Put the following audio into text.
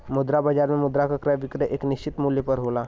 मुद्रा बाजार में मुद्रा क क्रय विक्रय एक निश्चित मूल्य पर होला